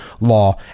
law